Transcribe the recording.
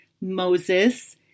Moses